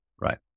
Right